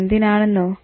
എന്തിനാണെന്നോ